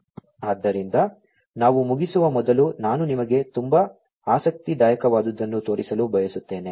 ಆದ್ದರಿಂದ ನಾವು ಮುಗಿಸುವ ಮೊದಲು ನಾನು ನಿಮಗೆ ತುಂಬಾ ಆಸಕ್ತಿದಾಯಕವಾದದ್ದನ್ನು ತೋರಿಸಲು ಬಯಸುತ್ತೇನೆ